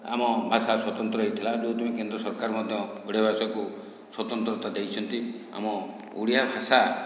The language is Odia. ଆମ ଭାଷା ସ୍ୱତନ୍ତ୍ର ହୋଇଥିଲା ଯେଉଁଥିପାଇଁ କେନ୍ଦ୍ର ସରକାର ମଧ୍ୟ ଓଡ଼ିଆ ଭାଷାକୁ ସ୍ୱତନ୍ତ୍ରତା ଦେଇଛନ୍ତି ଆମ ଓଡ଼ିଆ ଭାଷା